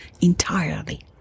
entirely